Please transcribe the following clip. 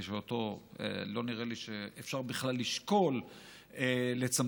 כי לא נראה לי שאותו אפשר לשקול לצמצם.